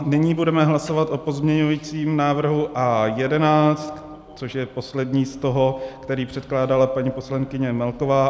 Nyní budeme hlasovat o pozměňujícím návrhu A11, což je poslední z toho, který předkládala paní poslankyně Melková.